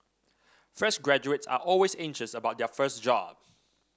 fresh graduates are always anxious about their first job